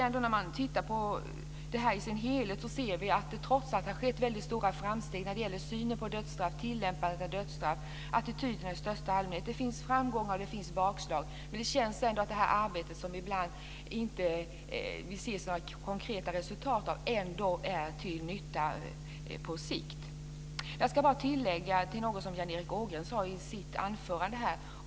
När man tittar på detta i sin helhet ser vi att det trots allt har skett väldigt stora framsteg i synen på dödsstraff, tillämpningen av dödsstraff och attityderna i största allmänhet. Det finns framgångar och det finns bakslag. Men det känns ändå att det arbete som vi ibland inte ser några konkreta resultat av är till nytta på sikt. Jag ska bara göra ett tillägg till något som Jan Erik Ågren sade i sitt anförande.